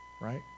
right